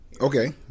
Okay